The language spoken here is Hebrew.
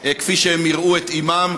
כפי שהם יראו את אימם,